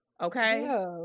okay